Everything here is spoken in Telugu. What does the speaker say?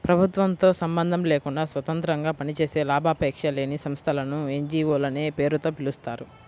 ప్రభుత్వంతో సంబంధం లేకుండా స్వతంత్రంగా పనిచేసే లాభాపేక్ష లేని సంస్థలను ఎన్.జీ.వో లనే పేరుతో పిలుస్తారు